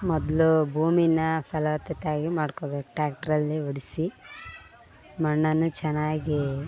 ಮೊದಲು ಭೂಮಿನ ಫಲವತ್ತತೆ ಆಗಿ ಮಾಡ್ಕೋಬೇಕು ಟ್ಯಾಕ್ಟ್ರಲ್ಲಿ ಹೊಡ್ಸಿ ಮಣ್ಣನ್ನು ಚೆನ್ನಾಗಿ